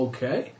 Okay